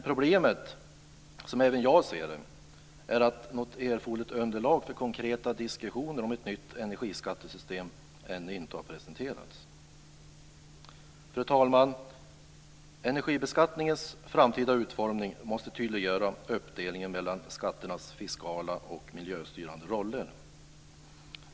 Problemet, som även jag ser det, är att något erforderligt underlag för konkreta diskussioner om ett nytt energiskattesystem ännu inte har presenterats. Fru talman! Energibeskattningens framtida utformning måste tydliggöra uppdelningen mellan skatternas fiskala och miljöstyrande roller.